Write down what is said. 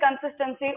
consistency